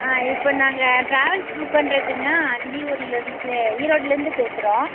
ஆ இப்போ நாங்கள் travels book பண்ணுறக்குங்க அந்தியூரிலேருந்து ஈரோட்டிலேருந்து பேசுகிறோம்